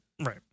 Right